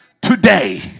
today